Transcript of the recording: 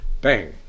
bang